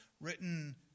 written